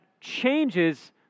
changes